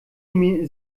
nehme